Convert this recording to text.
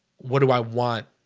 what do i want?